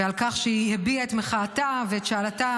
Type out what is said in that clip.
ועל כך שהיא הביעה את מחאתה ואת שאלתה.